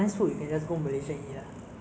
wait ah we let me find some